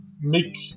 make